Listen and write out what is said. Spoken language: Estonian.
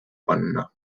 panna